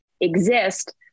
exist